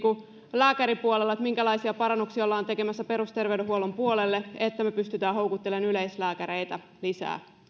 lääkäripuolelta minkälaisia parannuksia ollaan tekemässä perusterveydenhuollon puolelle niin että me pystymme houkuttelemaan sinne yleislääkäreitä lisää